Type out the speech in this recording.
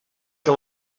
que